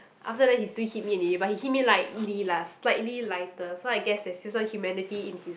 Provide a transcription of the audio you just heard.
after that he still hit me in the ear but he hit me lightly lah slightly lighter so I guess there's still some humanity in his